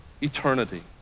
eternity